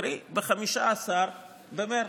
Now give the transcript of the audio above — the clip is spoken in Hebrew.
קרי ב-15 במרץ,